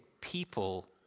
people